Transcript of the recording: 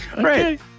Right